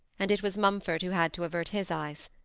and it was mumford who had to avert his eyes.